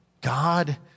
God